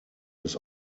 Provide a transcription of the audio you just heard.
his